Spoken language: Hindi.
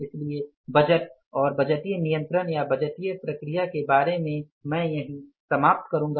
इसलिए बजट और बजटीय नियंत्रण या बजटीय प्रक्रिया के बारे में मैं यही समाप्त करूँगा